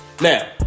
Now